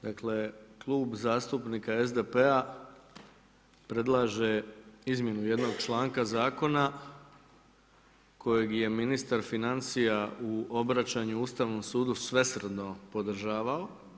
Dakle, Klub zastupnika SDP-a predlaže izmjenu jednog članka zakona kojeg je ministar financija u obraćanju Ustavnom sudu svesrdno podržavao.